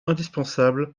indispensable